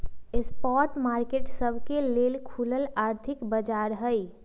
spot market सबके लेल खुलल आर्थिक बाजार हइ